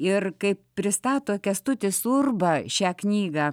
ir kaip pristato kęstutis urba šią knygą